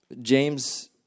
James